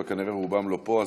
אבל כנראה רובם אינם פה,